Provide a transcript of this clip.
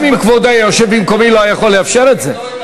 גם אם כבודו היה יושב במקומי לא היה יכול לאפשר את זה.